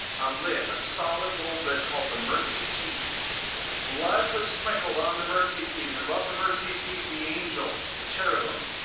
a lid, a solid gold lid called the mercy seat that blood was sprinkled on the mercy seat, and above the mercy seat the angels, the cherubim.